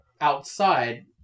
outside